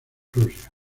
rusia